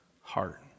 heart